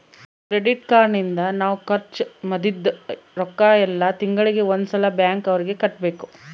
credit card ನಿಂದ ನಾವ್ ಖರ್ಚ ಮದಿದ್ದ್ ರೊಕ್ಕ ಯೆಲ್ಲ ತಿಂಗಳಿಗೆ ಒಂದ್ ಸಲ ಬ್ಯಾಂಕ್ ಅವರಿಗೆ ಕಟ್ಬೆಕು